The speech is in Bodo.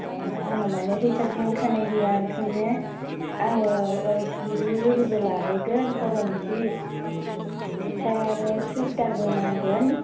अ आंना माने फैसा दिहुनखानाय गैया ओंखायनो आङो सि ऊलबो लाबोगोन गरम सि ओमफ्राय आरो सुवेटारबो नांगोन